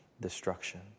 destruction